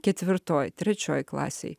ketvirtoj trečioj klasėj